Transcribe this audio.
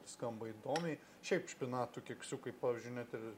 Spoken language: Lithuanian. skamba įdomiai šiaip špinatų keksiukai pavyzdžiui net ir